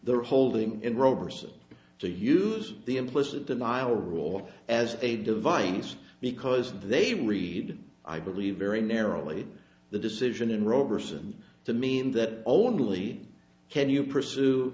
their holding in roe vs to use the implicit denial rule as a device because they read i believe very narrowly the decision in roberson to mean that only can you pursue